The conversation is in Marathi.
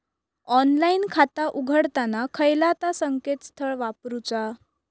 ऑनलाइन खाता उघडताना खयला ता संकेतस्थळ वापरूचा?